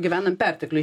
gyvenam pertekliuj